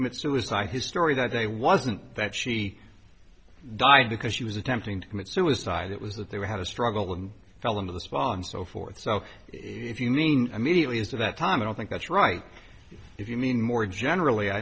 commit suicide his story that i wasn't that she died because she was attempting commit suicide it was that they were had a struggle and fell into this well and so forth so if you mean immediately as of that time i don't think that's right if you mean more generally i